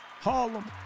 Harlem